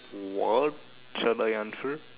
what should I answer